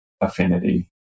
affinity